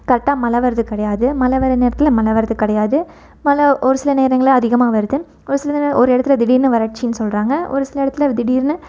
கரெக்டாக மழை வருது கிடையாது மழை வர நேரத்தில் மழை வரது கிடையாது மழை ஒரு சில நேரங்களில் அதிகமாக வருது ஒரு சில ஒரு இடத்துல திடீர்னு வறட்சின்னு சொல்கிறாங்க ஒரு சில இடத்துல திடீர்னு